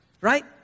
right